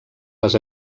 les